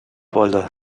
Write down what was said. wolle